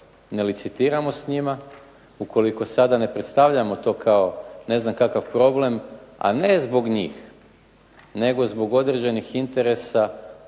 ne licitiramo s njima, ukoliko sada ne predstavljamo to kao ne znam kakav problem, a ne zbog njih, nego zbog određenih interesa